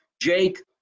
Jake